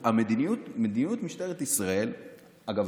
אגב,